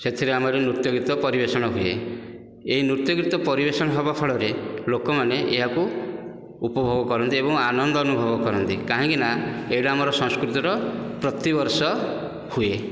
ସେଥିରେ ଆମର ନୃତ୍ୟଗୀତ ପରିବେଷଣ ହୁଏ ଏହି ନୃତ୍ୟଗୀତ ପରିବେଷଣ ହେବା ଫଳରେ ଲୋକମାନେ ଏହାକୁ ଉପଭୋଗ କରନ୍ତି ଏବଂ ଆନନ୍ଦ ଅନୁଭବ କରନ୍ତି କାହିଁକି ନା ଏଇଟା ଆମ ସଂସ୍କୃତିର ପ୍ରତିବର୍ଷ ହୁଏ